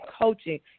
coaching